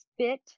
spit